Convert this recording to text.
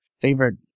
favorite